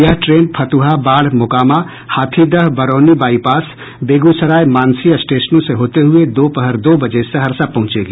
यह train Fatuha Barh Mokama Hathidah Barauni bypass Begusarai Mansi स्टेशनों से होते हुए दोपहर दो बजे सहरसा पहुँचेगी